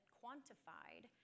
quantified